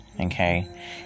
okay